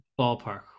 ballpark